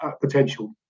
potential